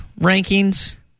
rankings